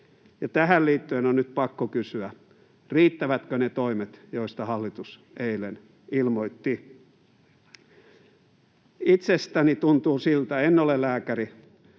Tähän liittyen on nyt pakko kysyä: riittävätkö ne toimet, joista hallitus eilen ilmoitti? Itsestäni tuntuu siltä — en ole lääkäri,